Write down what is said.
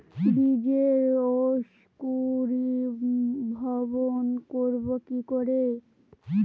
বীজের অঙ্কুরিভবন করব কি করে?